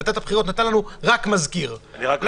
ועדת הבחירות נתנה בהתחלה רק מזכיר וביקשנו להרחיב.